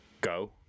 go